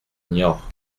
niort